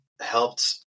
helped